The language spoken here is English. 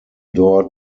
door